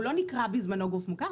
הוא לא נקרא בזמנו "גוף מוכר",